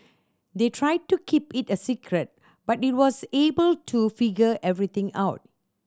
they tried to keep it a secret but he was able to figure everything out